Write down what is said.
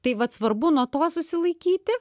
tai vat svarbu nuo to susilaikyti